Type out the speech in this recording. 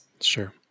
Sure